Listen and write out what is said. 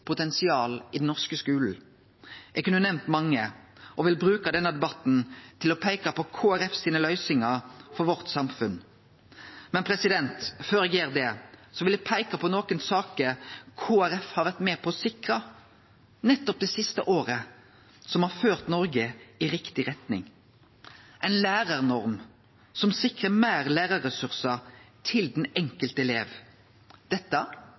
i den norske skulen. Eg kunne nemnt mange – og vil bruke denne debatten til å peike på Kristeleg Folkepartis løysingar for samfunnet vårt. Men før eg gjer det, vil eg peike på nokre saker Kristeleg Folkeparti har vore med på å sikre nettopp det siste året, som har ført Noreg i riktig retning: ei lærarnorm som sikrar fleire lærarressursar til den enkelte eleven. Dette